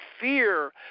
fear